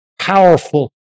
powerful